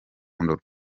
amababa